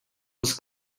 was